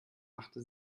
machte